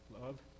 Love